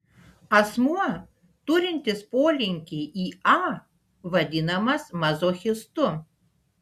asmuo turintis polinkį į a vadinamas mazochistu